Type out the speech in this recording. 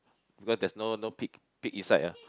because they no no pick pick inside ah